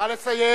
כמה, נא לסיים.